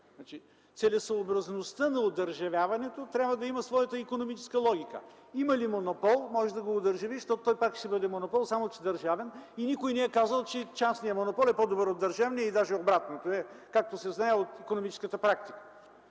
Целесъобразността на одържавяването трябва да има своята икономическа логика. Има ли монопол, може да го одържавиш, защото той пак ще бъде монопол, само че държавен, и никой не е казал, че частният монопол е по-добър от държавния. Даже е обратното, както се знае от икономическата практика.